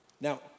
Now